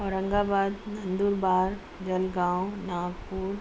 اورنگ آباد ندور بار جلگاؤں ناگپور